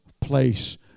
place